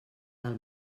del